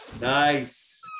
Nice